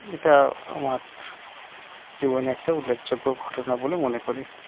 এটা আমার জীবনে একটা উল্লেখযোগ্য ঘটনা বলে মনে করি